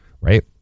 Right